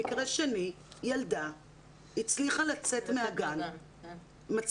במקרה שני ילדה הצליחה לצאת מהגן,